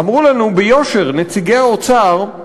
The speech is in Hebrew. אמרו לנו ביושר נציגי האוצר,